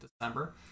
December